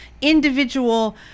individual